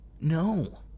No